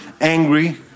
angry